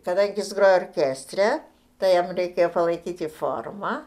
kadangi jis grojo orkestre tai jam reikėjo palaikyti formą